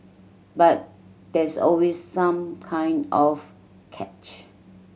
but there's always some kind of catch